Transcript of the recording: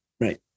Right